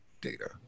data